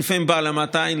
בהעלמת עין,